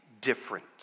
different